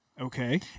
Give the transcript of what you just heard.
Okay